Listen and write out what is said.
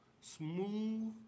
Smooth